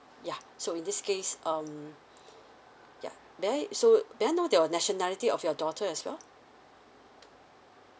yeah so in this case um yeah then so may I know the nationality of your daughter as well